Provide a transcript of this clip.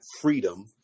freedom